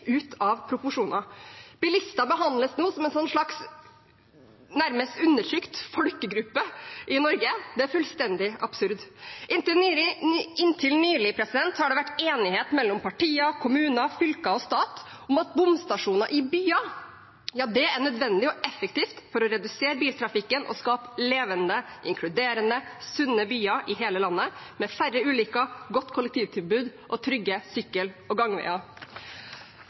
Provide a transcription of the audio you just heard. ut av proporsjoner. Bilister behandles nå nærmest som en undertrykt folkegruppe i Norge – det er fullstendig absurd. Inntil nylig har det vært enighet mellom partier, kommuner, fylker og stat om at bomstasjoner i byer er nødvendig og effektivt for å redusere biltrafikken og skape levende, inkluderende og sunne byer i hele landet med færre ulykker, godt kollektivtilbud og trygge sykkel- og gangveier.